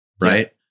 right